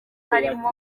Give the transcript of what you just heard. harimo